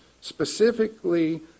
Specifically